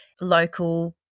local